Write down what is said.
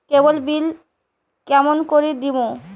কেবল bill কেমন করি দিম?